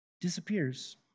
disappears